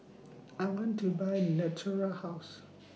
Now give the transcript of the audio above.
I want to Buy Natura House